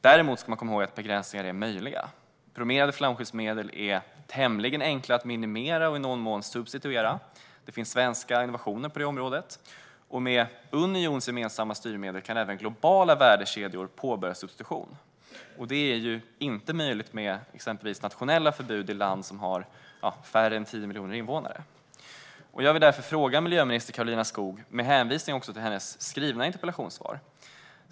Däremot ska man komma ihåg att begränsningar är möjliga. Bromerade flamskyddsmedel är tämligen enkla att minimera och i någon mån substituera. Det finns svenska innovationer på det området. Med unionsgemensamma styrmedel kan även globala värdekedjor påbörja substitution. Det är ju inte möjligt med exempelvis nationella förbud i ett land med färre än 10 miljoner invånare. Jag vill därför ställa en fråga till miljöminister Karolina Skog med hänvisning till hennes interpellationssvar.